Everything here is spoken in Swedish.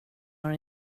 har